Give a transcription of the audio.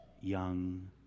young